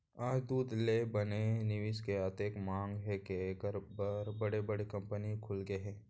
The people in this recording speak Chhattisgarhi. आज दूद ले बने जिनिस के अतेक मांग हे के एकर बर बड़े बड़े कंपनी खुलगे हे